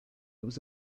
was